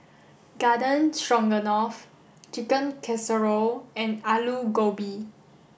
Garden Stroganoff Chicken Casserole and Alu Gobi